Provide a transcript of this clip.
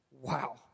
Wow